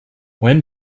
when